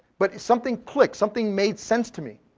but something clicked, something made sense to me.